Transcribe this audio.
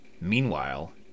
meanwhile